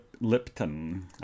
Lipton